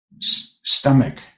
stomach